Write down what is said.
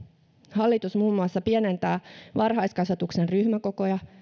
hallitus muun muassa pienentää varhaiskasvatuksen ryhmäkokoja